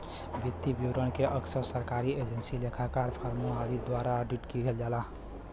वित्तीय विवरण के अक्सर सरकारी एजेंसी, लेखाकार, फर्मों आदि द्वारा ऑडिट किहल जाला